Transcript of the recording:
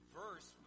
verse